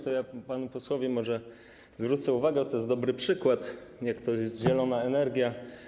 To ja panu posłowi może zwrócę uwagę, bo to jest dobry przykład, jaka jest ta zielona energia.